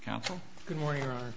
counsel good morning